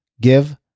give